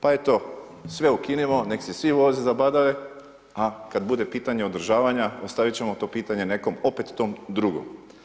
Pa eto sve ukinimo, nek se svi voze za badave, a kad bude pitanje održavanja, ostavit ćemo to pitanje nekom, opet tom drugom.